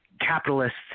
capitalists